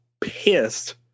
pissed